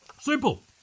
Simple